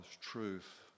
truth